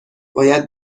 باید